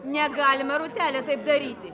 negalima rūtele taip daryti